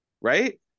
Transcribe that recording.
right